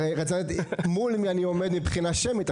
רציתי להבהיר מול מי אני עומד מבחינה שמית,